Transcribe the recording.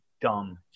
dumb